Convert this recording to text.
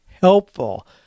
helpful